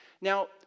Now